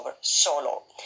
solo